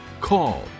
call